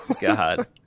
God